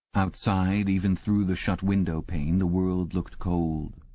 outside, even through the shut window-pane, the world looked cold.